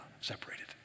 separated